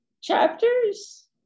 chapters